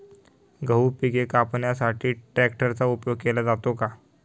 गहू पिके कापण्यासाठी ट्रॅक्टरचा उपयोग केला जातो का?